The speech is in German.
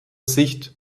sicht